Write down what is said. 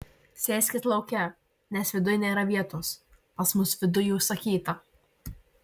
sėskit lauke nes viduj nėra vietos pas mus viduj užsakyta